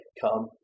come